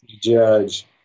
judge